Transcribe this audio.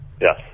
Yes